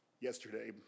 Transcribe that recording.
Yesterday